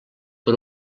per